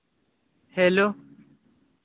hello